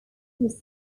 was